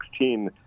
2016